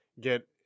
get